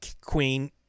queen